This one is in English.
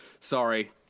Sorry